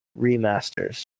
remasters